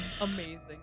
Amazing